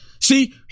See